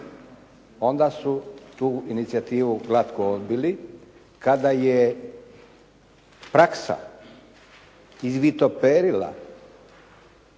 Onda su tu inicijativu glatko odbili. Kada je praksa izvitoperila,